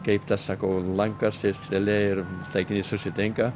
kaip tas sakau lankas ir stėlė ir taikinys susitinka